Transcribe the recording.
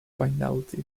finality